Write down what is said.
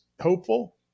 hopeful